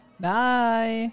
bye